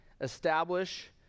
establish